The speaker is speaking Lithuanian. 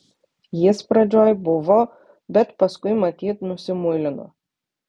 jis pradžioj buvo bet paskui matyt nusimuilino